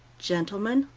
gentlemen,